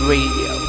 Radio